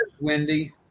Wendy